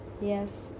yes